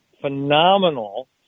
phenomenal